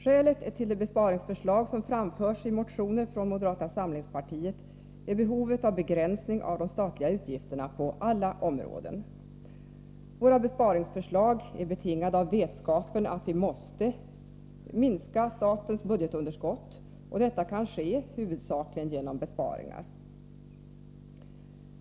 Skälet till de besparingsförslag som framförs i motioner från moderata samlingspartiet är behovet av begränsning av de statliga utgifterna på alla områden. Våra förslag är betingade av vetskapen om att vi måste minska statens budgetunderskott, och detta kan ske huvudsakligen genom besparingar.